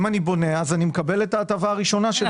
אם אני בונה, אני מקבל את ההטבה הראשונה.